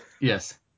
Yes